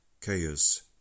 chaos